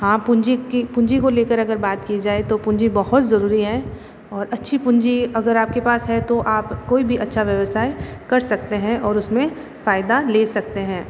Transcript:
हाँ पूंजी पूंजी को लेकर अगर बात की जाए तो पूंजी बहुत जरूरी है और अच्छी पूंजी अगर आपके पास है तो आप कोई भी अच्छा व्यवसाय कर सकते हैं और उसमें फायदा ले सकते हैं